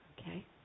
Okay